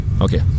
Okay